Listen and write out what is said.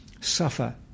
suffer